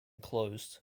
closed